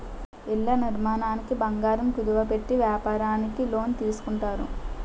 ఇళ్ల నిర్మాణానికి బంగారం కుదువ పెట్టి వ్యాపారానికి లోన్ తీసుకుంటారు